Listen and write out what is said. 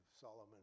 Solomon